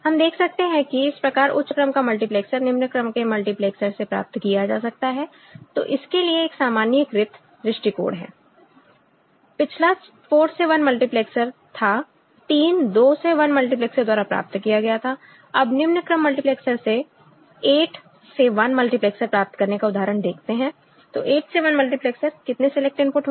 हम देख सकते हैं कि इस प्रकार उच्च क्रम का मल्टीप्लैक्सर निम्न क्रम के मल्टीप्लैक्सर से प्राप्त किया जा सकता है तो इसके लिए एक सामान्यीकृत दृष्टिकोण है पिछला 4 से 1 मल्टीप्लेक्सर था 3 2 से 1 मल्टीप्लैक्सर द्वारा प्राप्त किया गया था अब निम्न क्रम मल्टीप्लैक्सर से 8 से 1 मल्टीप्लैक्सर प्राप्त करने का उदाहरण देखते हैं तो 8 से 1 मल्टीप्लैक्सर कितने सिलेक्ट इनपुट होंगे